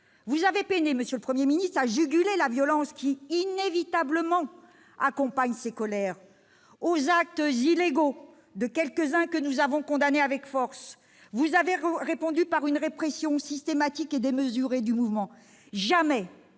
Vous avez peiné, monsieur le Premier ministre, à juguler la violence qui, inévitablement, accompagne ces colères. Aux actes illégaux de quelques-uns, que nous avons condamnés avec force, vous avez répondu par une répression systématique et démesurée du mouvement. Jamais